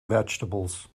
vegetables